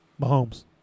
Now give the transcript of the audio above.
Mahomes